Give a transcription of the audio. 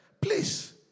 please